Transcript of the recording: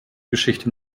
geschichte